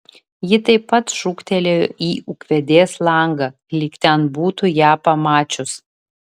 ji taip pat šūktelėjo į ūkvedės langą lyg ten būtų ją pamačius